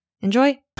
Enjoy